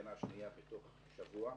הפגנה שנייה תוך שבוע.